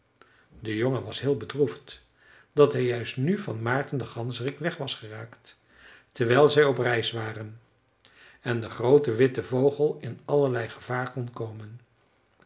de jongen was heel bedroefd dat hij juist nu van maarten den ganzerik weg was geraakt terwijl zij op reis waren en de groote witte vogel in allerlei gevaar kon komen